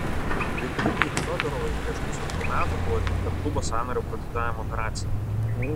virginijai fiodorovai prieš pusantrų metų buvo atlikta klubo sąnario protezavimo operacija